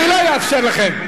אני לא אאפשר לכם.